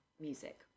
music